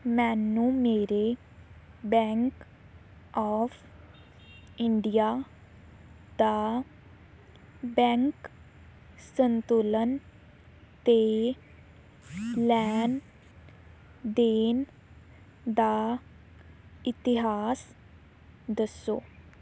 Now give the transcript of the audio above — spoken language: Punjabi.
ਮੈਨੂੰ ਮੇਰੇ ਬੈਂਕ ਆਫ ਇੰਡੀਆ ਦਾ ਬੈਂਕ ਸੰਤੁਲਨ ਅਤੇ ਲੈਣ ਦੇਣ ਦਾ ਇਤਿਹਾਸ ਦੱਸੋ